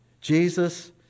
Jesus